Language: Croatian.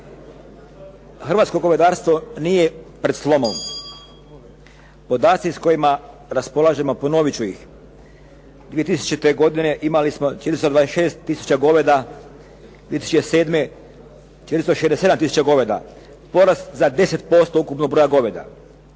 Hrvatsko govedarstvo nije pred slomom. Podaci s kojima raspolažemo, ponoviti ću ih. 2000. godine imali smo 426 tisuća goveda, 2007. 467 tisuća goveda. Porast za 10% ukupnog broja goveda.